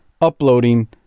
uploading